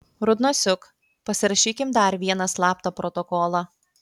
rudnosiuk pasirašykim dar vieną slaptą protokolą